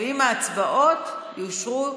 אם ההצבעות יאושרו,